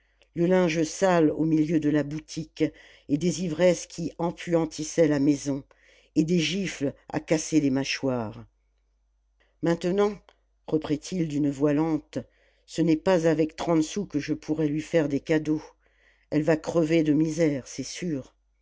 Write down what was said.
le linge sale au milieu de la boutique et des ivresses qui empuantissaient la maison et des gifles à casser les mâchoires maintenant reprit-il d'une voix lente ce n'est pas avec trente sous que je pourrai lui faire des cadeaux elle va crever de misère c'est sûr